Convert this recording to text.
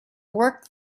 work